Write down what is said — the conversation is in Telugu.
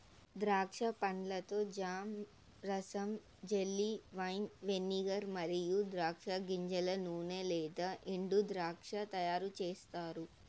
ద్రాక్ష పండ్లతో జామ్, రసం, జెల్లీ, వైన్, వెనిగర్ మరియు ద్రాక్ష గింజల నూనె లేదా ఎండుద్రాక్ష తయారుచేస్తారు